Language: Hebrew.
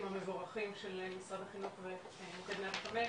המבורכים של משרד החינוך ומוקד 105,